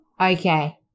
Okay